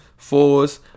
Fours